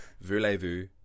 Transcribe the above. Voulez-vous